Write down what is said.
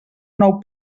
nou